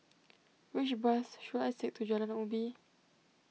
which bus should I take to Jalan Ubi